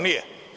Nije.